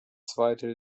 zweite